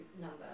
number